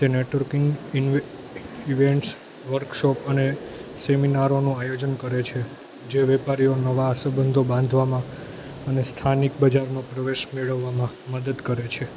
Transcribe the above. તે networking in events workshop અને સેમિનારોનું આયોજન કરે છે જે વેપારીઓ નવા સંબંધો બાંધવામાં અને સ્થાનિક બજારોમાં પ્રવેશ મેળવવામાં મદદ કરે છે